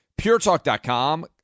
puretalk.com